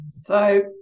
So-